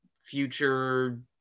future